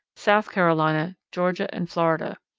south carolina, georgia, and florida.